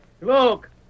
Look